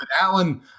Alan